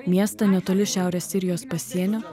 miestą netoli šiaurės sirijos pasienio